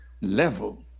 level